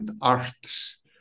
arts